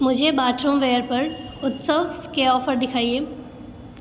मुझे bathroom ware पर उत्सव के ऑफर दिखाएँ